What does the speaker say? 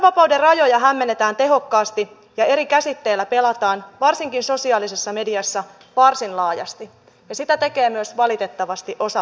sananvapauden rajoja hämmennetään tehokkaasti ja eri käsitteillä pelataan varsinkin sosiaalisessa mediassa varsin laajasti ja sitä tekee myös valitettavasti osa päättäjistä